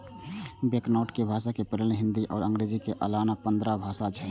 banknote के भाषा panel मे हिंदी आ अंग्रेजी के अलाना पंद्रह भाषा छै